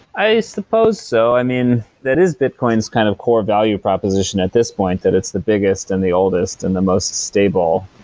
i suppose so. i mean, that is bitcoin's kind of core value proposition at this point that it's the biggest and the oldest and the most stable.